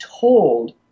told